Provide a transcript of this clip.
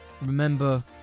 remember